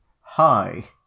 Hi